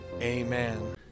amen